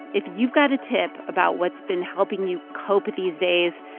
if you've got a tip about what's been helping you cope with these days,